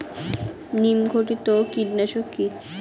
নিম ঘটিত কীটনাশক কি?